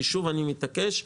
אני מתעקש.